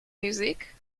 music